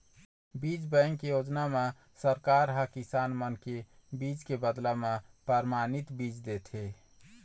बीज बेंक योजना म सरकार ह किसान मन के बीजा के बदला म परमानित बीजा देथे